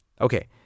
Okay